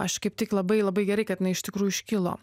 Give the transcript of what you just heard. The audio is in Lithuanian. aš kaip tik labai labai gerai kad na iš tikrųjų iškilo